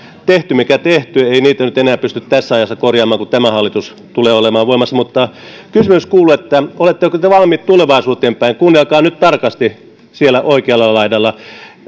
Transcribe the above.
tehty mikä tehty ei niitä nyt enää pysty tässä ajassa korjaamaan kun tämä hallitus tulee olemaan voimassa mutta kysymys kuuluu oletteko te valmiit tulevaisuuteen päin kuunnelkaa nyt tarkasti siellä oikealla laidalla